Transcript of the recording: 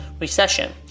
recession